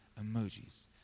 emojis